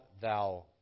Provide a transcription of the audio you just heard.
thou